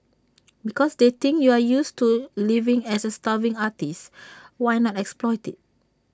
because they think you're used to living as A starving artist why not exploit IT